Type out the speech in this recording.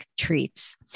treats